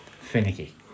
finicky